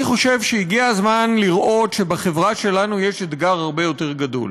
אני חושב שהגיע הזמן לראות שבחברה שלנו יש אתגר הרבה יותר גדול.